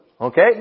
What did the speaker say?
okay